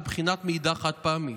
בבחינת מעידה חד-פעמית.